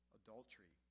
adultery